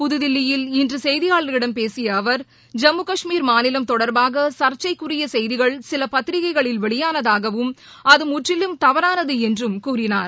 புதுதில்லியில் இன்று செய்தியாளர்களிடம் பேசிய அவர் ஜம்மு கஷ்மீர் மாநிலம் தொடர்பாக சர்ச்சைக்குரிய செய்திகள் சில பத்திரிகைகளில் வெளியானதாகவும் அது முற்றிலும் தவறானது என்றும் கூறினார்